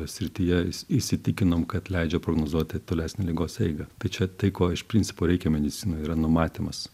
srityje is įsitikinom kad leidžia prognozuoti tolesnę ligos eigą tai čia tai ko iš principo reikia medicinoj yra numatymas